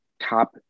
top